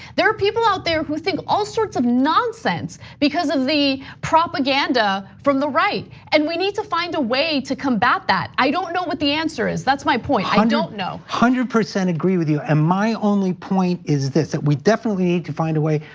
there are people out there who think all sorts of nonsense, because of the propaganda from the right, and we need to find a way to combat that. i don't know what the answer is, that's my point, i don't don't know. one hundred percent agree with you. and my only point is this, that we definitely need to find a way,